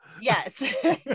Yes